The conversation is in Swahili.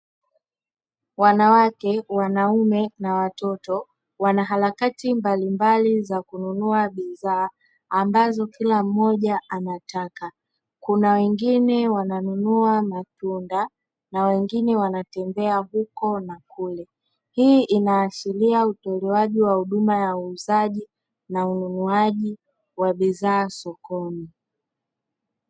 Wanawake, wanaume na watoto wanaharakati mbalimbali za kununua bidhaa ambazo kila mmoja anataka. Kuna wengine wananunua matunda na wengine wanatembea huko na kule. Hii inaashiria utolewaji wa huduma ya uuzaji na ununuaji wa bidhaa sokoni.